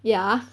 ya